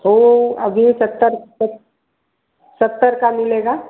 उ अभी सत्तर तक सत्तर का मिलेगा